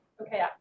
Okay